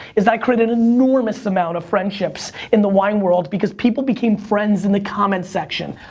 is that i created an enormous amount of friendships in the wine world, because people became friends in the comment section.